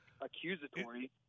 accusatory